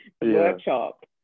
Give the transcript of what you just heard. workshop